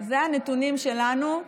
אלה הנתונים שלנו.